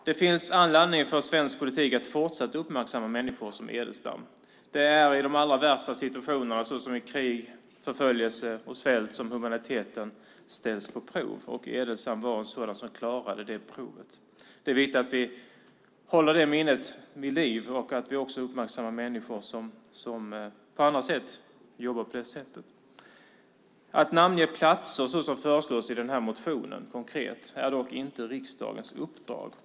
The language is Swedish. Det finns all anledning att i svensk politik fortsatt uppmärksamma människor som till exempel Edelstam. Det är i de allra värsta situationerna, såsom i krig och vid förföljelse och svält, som humaniteten sätts på prov. Edelstam var en sådan som klarade det provet. Det är viktigt att hålla minnet av det vid liv och att vi uppmärksammar människor som på olika sätt jobbar likadant. Att namnge platser, som konkret föreslås i motionen i fråga, är dock inte riksdagens uppdrag.